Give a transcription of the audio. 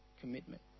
commitment